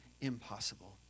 impossible